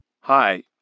Hi